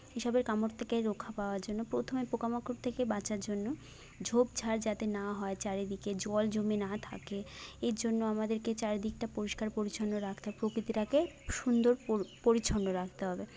এসবের কামড় থেকে রক্ষা পাওয়ার জন্য প্রথমে পোকা মাকড় থেকে বাঁচার জন্য ঝোপঝাড় যাতে না হয় চারিদিকে জল জমে না থাকে এর জন্য আমাদেরকে চারিদিকটা পরিষ্কার পরিছন্ন রাখতে হবে প্রকৃতিটাকে সুন্দর পরিচ্ছন্ন রাখতে হবে